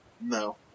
No